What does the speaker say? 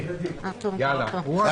אז הינה, תרשום: משה אבוטבול.